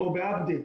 או בעבדה,